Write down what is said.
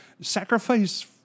sacrifice